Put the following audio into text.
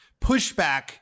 pushback